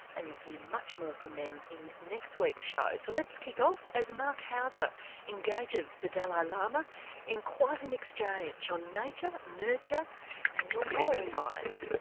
and you'll hear much more from them in next week's show. so let's kick off, as marc hauser engages the dalai lama in quite an exchange on nature, nurture and your moral mind.